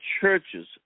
churches